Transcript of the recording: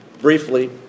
briefly